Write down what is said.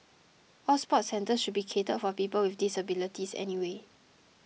all sports centres should be catered for people with disabilities anyway